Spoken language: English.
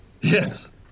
Yes